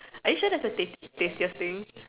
are you sure that's the tastiest thing